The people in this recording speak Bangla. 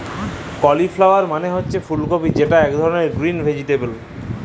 কালিফ্লাওয়ার মালে হছে ফুল কফি যেট ইক ধরলের গ্রিল ভেজিটেবল